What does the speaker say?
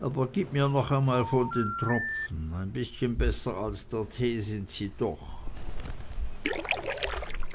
aber gib mir noch mal von den tropfen ein bißchen besser als der tee sind sie doch